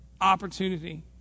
opportunity